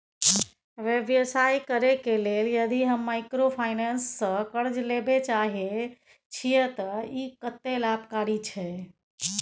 व्यवसाय करे के लेल यदि हम माइक्रोफाइनेंस स कर्ज लेबे चाहे छिये त इ कत्ते लाभकारी छै?